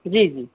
जी जी